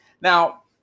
Now